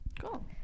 Cool